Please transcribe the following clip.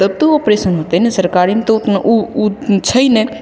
तब तो ऑपरेशन होतै ने सरकारीमे तऽ ओतना ओ ओ छै नहि